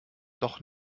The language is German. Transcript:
doch